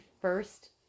first